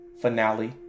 finale